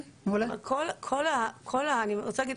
אני רוצה להגיד,